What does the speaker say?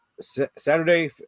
saturday